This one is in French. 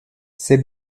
ses